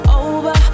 over